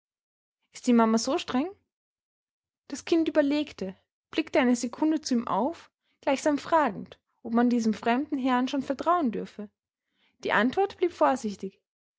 ist die mama so streng das kind überlegte blickte eine sekunde zu ihm auf gleichsam fragend ob man diesem fremden herrn schon vertrauen dürfe die antwort blieb vorsichtig